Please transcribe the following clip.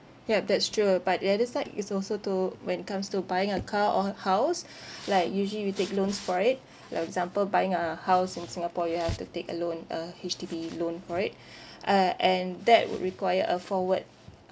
yup that's true ah but the other side is also to when it comes to buying a car or house like usually you take loans for it like example buying a house in singapore you have to take a loan a H_D_B loan for it uh and that would require a forward